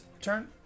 turn